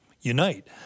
unite